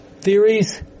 theories